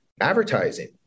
advertising